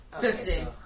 Fifteen